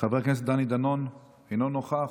חבר הכנסת דני דנון, אינו נוכח,